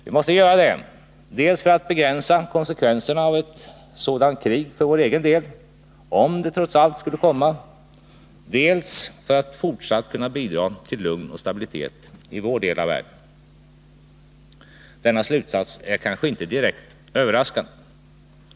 Vi måste göra detta dels för att begränsa konsekvenserna av ett sådant krig för vår egen del, om det trots allt skulle komma, dels för att fortsatt kunna bidra till lugn och stabilitet i vår del av världen. Denna slutsats är kanske inte direkt överraskande.